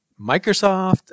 Microsoft